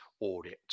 audit